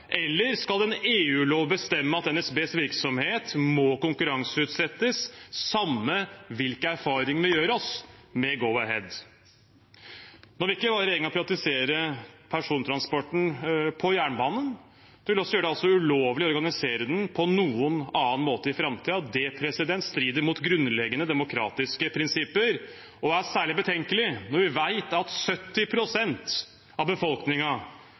eller skal en EU-lov bestemme at NSBs virksomhet må konkurranseutsettes, uansett hvilke erfaringer vi gjør oss med Go-Ahead? Regjeringen vil ikke bare privatisere persontransporten på jernbanen, den vil også gjøre det ulovlig å organisere den på noen annen måte i framtiden. Det strider mot grunnleggende demokratiske prinsipper og er særlig betenkelig når vi vet at 70 pst. av